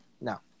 No